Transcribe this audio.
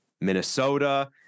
Minnesota